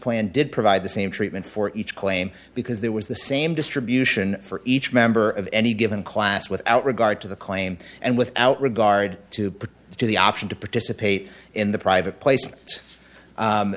plan did provide the same treatment for each claim because there was the same distribution for each member of any given class without regard to the claim and without regard to put to the option to participate in the private place